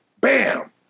bam